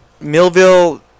Millville